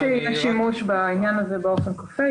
ככל שיהיה שימוש בזה באופן כפוי,